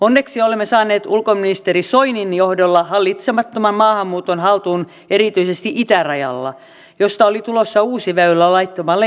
onneksi olemme saaneet ulkoministeri soinin johdolla hallitsemattoman maahanmuuton haltuun erityisesti itärajalla josta oli tulossa uusi väylä laittomalle ihmiskuljetukselle